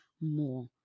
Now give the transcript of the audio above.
more